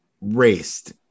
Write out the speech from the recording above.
raced